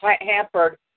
hampered